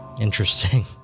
Interesting